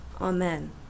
Amen